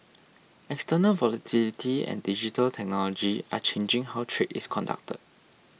external volatility and digital technology are changing how trade is conducted